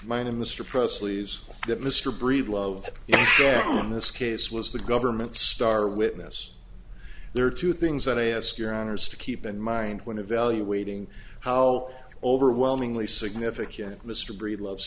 presley's that mr breedlove in this case was the government's star witness there are two things that i ask your honour's to keep in mind when evaluating how overwhelmingly significant mr breedlove